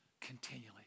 Continually